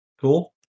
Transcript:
Cool